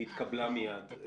היא התקבלה מיד.